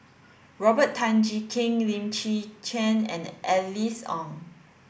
Robert Tan Jee Keng Lim Chwee Chian and Alice Ong